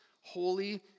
holy